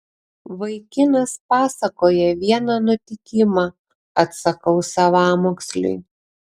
vaikinas pasakoja vieną nutikimą atsakau savamoksliui